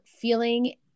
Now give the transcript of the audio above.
feeling